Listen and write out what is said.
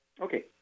Okay